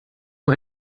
nur